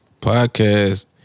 Podcast